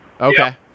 Okay